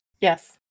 Yes